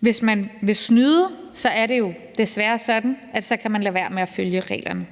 Hvis man vil snyde, er det jo desværre sådan, at så kan man lade være med at følge reglerne.